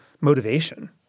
motivation